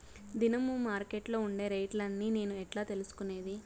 దినము మార్కెట్లో ఉండే రేట్లని నేను ఎట్లా తెలుసుకునేది?